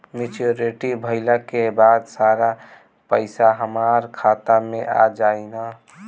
Maturity भईला के बाद सारा पईसा हमार खाता मे आ जाई न?